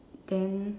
then